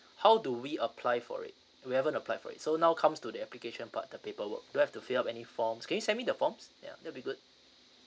how do we apply for it we haven't applied for it so now comes to the application part the paper work do I have to fill up any forms can you send me the forms ya that will be good